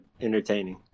entertaining